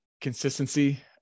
consistency